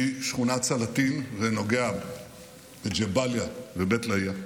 משכונת סלאטין, ג'באליה ובית לאהיא,